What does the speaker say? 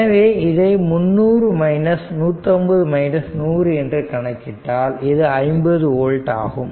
எனவே இதை 300 150 100 என்று கணக்கிட்டால் இது 50 ஓல்ட் ஆகும்